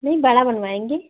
नहीं बड़ा बनवाएंगे